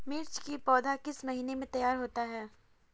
मिर्च की पौधा किस महीने में तैयार होता है?